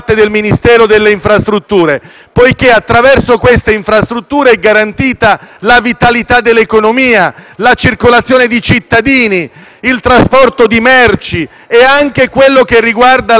poiché attraverso questa infrastruttura è garantita la vitalità dell'economia, la circolazione di cittadini, il trasporto di merci e anche tutto ciò che riguarda la vita della comunità studentesca.